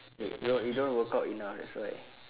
!hey! your you don't work out enough that's why